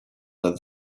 than